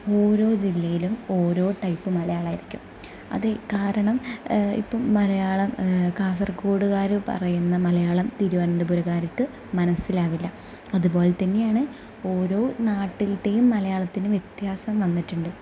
ഓരോ ജില്ലയിലും ഓരോ ടൈപ്പ് മലയാളം ആയിരിക്കും അതിനു കാരണം ഇപ്പം മലയാളം കാസർഗോഡ്കാർ പറയുന്ന മലയാളം തിരുവനന്തപുരകാർക്ക് മനസ്സിലാകില്ല അതുപോലെ തന്നെയാണ് ഓരോ നാട്ടിലത്തെയും മലയാളത്തിന് വ്യത്യാസം വന്നിട്ടുണ്ട്